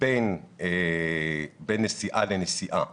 בין נסיעה לנסיעה